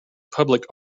public